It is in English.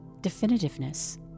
definitiveness